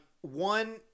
one